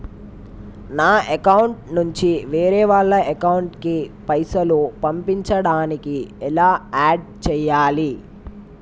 నా అకౌంట్ నుంచి వేరే వాళ్ల అకౌంట్ కి పైసలు పంపించడానికి ఎలా ఆడ్ చేయాలి?